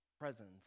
presence